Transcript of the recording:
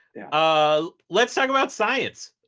ah let's talk about science.